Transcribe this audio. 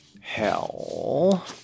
hell